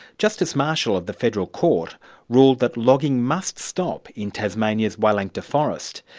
justice marshall of the federal court ruled that logging must stop in tasmania's wielangta forest.